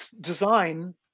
design